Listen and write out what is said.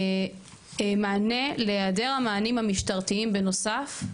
מענה להיעדר המענים המשטרתיים בנוסף,